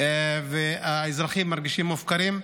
והאזרחים מרגישים מופקרים,